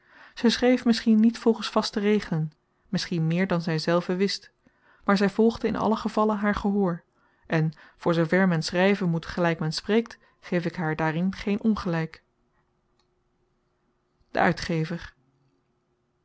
zij schreef misschien niet volgens vaste regelen misschien meer dan zij zelve wist maar zij volgde in allen gevalle haar gehoor en voor zooverre men schrijven moet gelijk men spreekt geef ik haar daarin geen ongelijk de uitgever